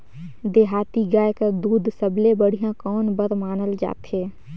देहाती गाय कर दूध सबले बढ़िया कौन बर मानल जाथे?